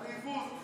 עליבות.